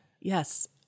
Yes